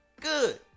good